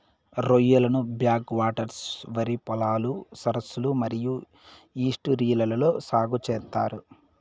రొయ్యలను back waters, వరి పొలాలు, సరస్సులు మరియు ఈస్ట్యూరీలలో సాగు చేత్తారు